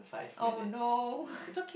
oh no